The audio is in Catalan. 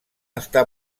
està